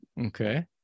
okay